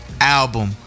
album